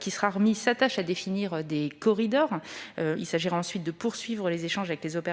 qui sera remis s'attache à définir des corridors. Il s'agira ensuite de poursuivre les échanges avec les opérateurs